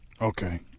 Okay